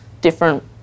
different